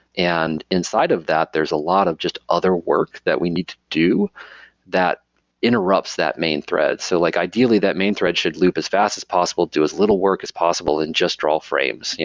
and inside of that, there's a lot of just other work that we need to do that interrupts that main thread. so like ideally, that main thread should loop as fast as possible, do as little work as possible and just draw frames. yeah